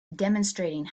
demonstrating